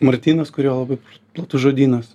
martynas kurio labai platus žodynas